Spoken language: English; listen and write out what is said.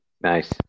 Nice